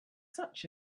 such